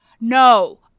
No